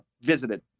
visited